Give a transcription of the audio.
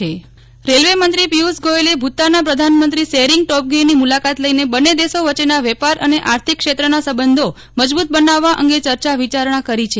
નેહલ ઠકકર રેલવેમંત્રી પિયુષ ગોયલે ભૂતાનના પ્રધાનમંત્રી સેરીંગ ટોબ્ગેની મુલાકાત લઇને બંને દેશો વચ્ચેના વેપાર અને આર્થિક ક્ષેત્રના સંબંધો મજબૂત બનાવવા અંગે ચર્ચા વિચારક્ષા કરી છે